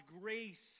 grace